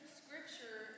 scripture